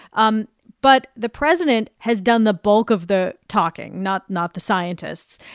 um but the president has done the bulk of the talking, not not the scientists.